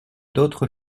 d’autre